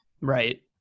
Right